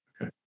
Okay